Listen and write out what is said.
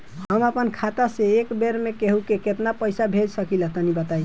हम आपन खाता से एक बेर मे केंहू के केतना पईसा भेज सकिला तनि बताईं?